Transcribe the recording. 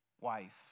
wife